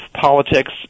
politics